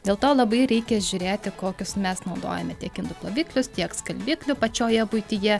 dėl to labai reikia žiūrėti kokius mes naudojame tiek indų ploviklius tiek skalbiklių pačioje buityje